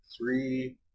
three